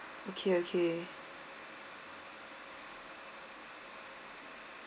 okay okay